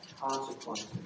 consequences